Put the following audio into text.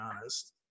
honest